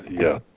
yeah,